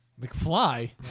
McFly